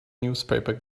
newspaper